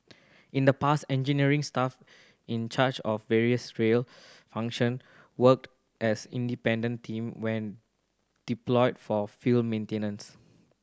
in the past engineering staff in charge of various rail function worked as independent team when deployed for field maintenance